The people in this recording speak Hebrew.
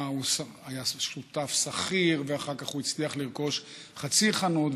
הוא היה שותף שכיר ואחר כך הוא הצליח לרכוש חצי חנות,